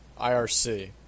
IRC